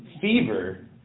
fever